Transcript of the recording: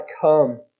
come